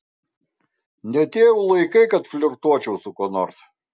ne tie jau laikai kad flirtuočiau su kuo nors